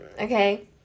okay